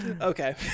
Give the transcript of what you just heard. okay